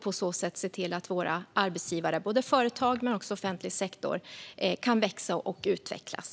På så sätt ser vi till att våra arbetsgivare, både företag och offentlig sektor, kan växa och utvecklas.